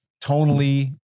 tonally